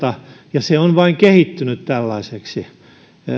joltakin ajalta ja se on vain kehittynyt tällaiseksi